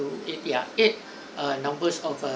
two eight ya eight err numbers of err